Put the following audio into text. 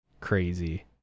crazy